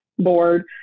board